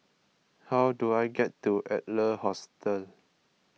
how do I get to Adler Hostel